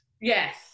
Yes